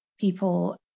people